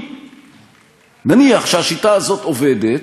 נניח שהשיטה הזאת עובדת,